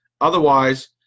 Otherwise